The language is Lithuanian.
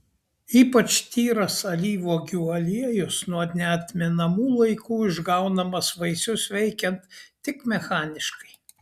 ypač tyras alyvuogių aliejus nuo neatmenamų laikų išgaunamas vaisius veikiant tik mechaniškai